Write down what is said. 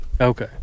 Okay